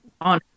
on